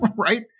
right